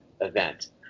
event